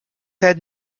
had